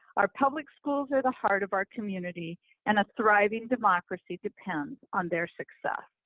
our public schools are the heart of our community and a thriving democracy depends on their success.